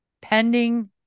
pending